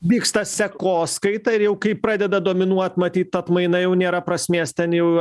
vyksta sekos kaita ir jau kai pradeda dominuot matyt atmaina jau nėra prasmės ten jau